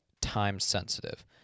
time-sensitive